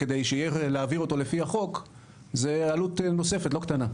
כדי שיהיה איך להעביר אותו לפי החוק - זה עלות נוספת לא קטנה.